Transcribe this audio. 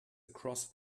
across